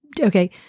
Okay